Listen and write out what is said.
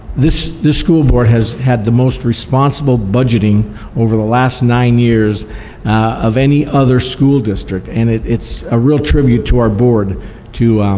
this school board has had the most responsible budgeting over the last nine years of any other school district, and it's a real tribute to our board to